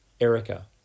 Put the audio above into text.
Erica